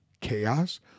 chaos